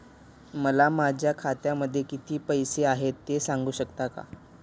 मला माझ्या खात्यामध्ये किती पैसे आहेत ते सांगू शकता का?